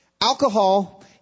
Alcohol